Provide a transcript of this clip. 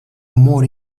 more